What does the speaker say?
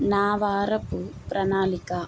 నా వారపు ప్రణాళిక